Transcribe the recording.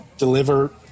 deliver